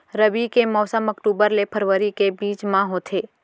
रबी के मौसम अक्टूबर ले फरवरी के बीच मा होथे